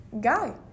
guy